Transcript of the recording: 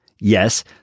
Yes